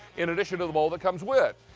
in addition to the bowl that comes with.